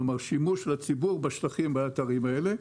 כלומר שימוש לציבור בשטחים באתרים הללו,